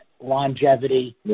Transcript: longevity